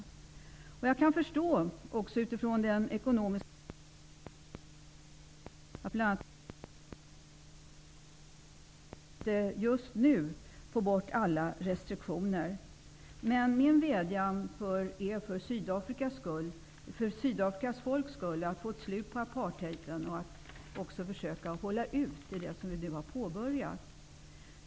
Utifrån den ekonomiska situation som vårt land befinner sig i kan jag förstå att bl.a. näringslivet har en viss otålighet över att det inte just nu går att få bort alla restriktioner. Min vädjan är för Sydafrikas folks skull och för att få ett slut på apartheiden. Vi måste försöka att hålla ut i det som vi nu har påbörjat.